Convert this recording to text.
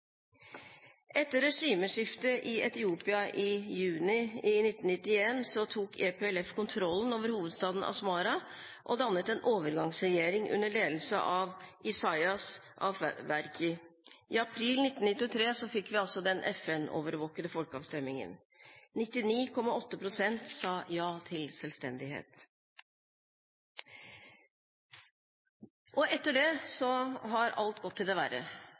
Etter regimeskiftet i Etiopia i juni 1991 tok EPLF kontrollen over hovedstaden Asmara og dannet en overgangsregjering under ledelse av Isaias Afewerki. I april 1993 fikk vi den FN-overvåkede folkeavstemningen. 99,8 pst. sa ja til selvstendighet. Etter det har alt gått til det verre,